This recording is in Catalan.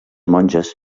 monges